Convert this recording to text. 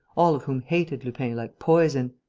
all of whom hated lupin like poison.